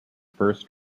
first